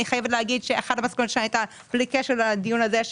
אחת המסקנות שהייתה בלי קשר לדיון הזה,